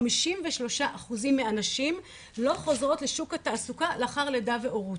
חמישים ושלושה אחוזים מהנשים לא חוזרות לשוק התעסוקה לאחר לידה והורות.